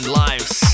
lives